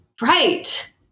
Right